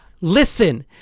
listen